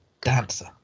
dancer